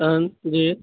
तहन जी